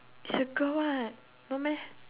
is a girl what no meh